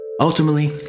Ultimately